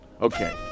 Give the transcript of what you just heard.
Okay